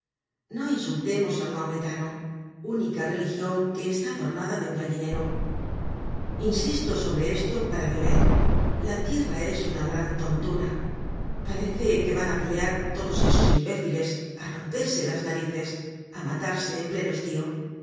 no insultemos al mahometano única religion que está adornada de un gallinero insisto sobre esto para beber la tierra es una gran tontuna parece que van á pelear todos esos imbéciles á romperse las narices á matarse en pleno estío